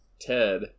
Ted